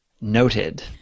Noted